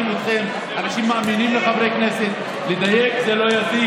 זה לא משנה את מה שאמרתי.